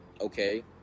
okay